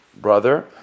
brother